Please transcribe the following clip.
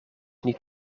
niet